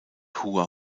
hua